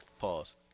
Pause